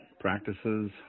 practices